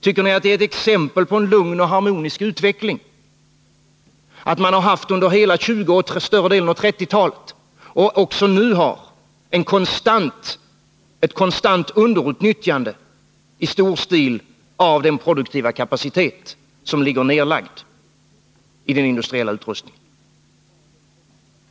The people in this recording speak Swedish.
Tycker ni att det är ett exempel på en lugn och harmonisk utveckling att man under hela 1920-talet, under större delen av 1930-talet och även nu har haft och har ett konstant underutnyttjande i stor stil av den produktiva kapacitet som ligger nedlagd i den industriella utrustningen?